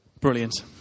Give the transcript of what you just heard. Brilliant